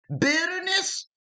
bitterness